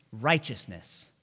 righteousness